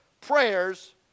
prayers